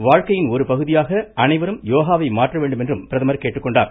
வாழ்க்கையின் ஒருபகுதியாக அனைவரும் யோகாவை மாற்ற வேண்டும் என்றும் பிரதமர் கேட்டுக்கொண்டார்